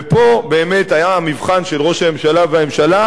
ופה באמת היה המבחן של ראש הממשלה והממשלה,